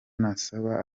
nasaba